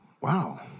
wow